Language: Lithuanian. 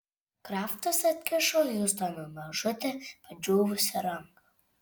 kraftas atkišo hiustonui mažutę padžiūvusią ranką